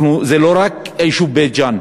זה לא רק היישוב בית-ג'ן.